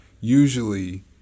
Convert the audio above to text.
usually